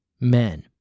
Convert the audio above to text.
men